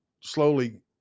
slowly